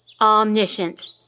Omniscient